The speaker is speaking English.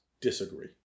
Disagree